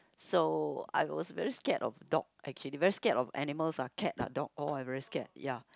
so I was very scared of dog actually very scared of animals lah cat ah dog all I very scared